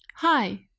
Hi